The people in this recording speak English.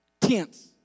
tense